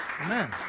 amen